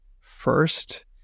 first